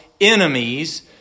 enemies